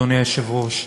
אדוני היושב-ראש: